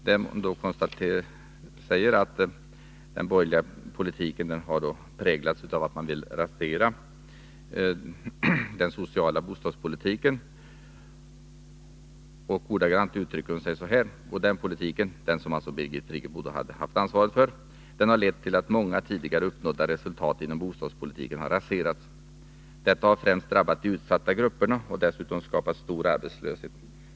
Hon hävdade där att den borgerliga politiken har präglats av att man vill rasera den sociala bostadspolitiken. Nr 118 Ordagrant uttryckte hon sig så här: Onsdagen den ”Och den politiken” — den som Birgit Friggebo hade haft ansvaret för — 13 april 1983 ”harlett till att många tidigare uppnådda resultat inom bostadspolitiken har raserats. Anslag till Detta har främst drabbat de utsatta grupperna och dessutom skapat stor bostadsförsörjning arbetslöshet.